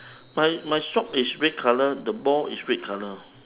my my shop is red colour the ball is red colour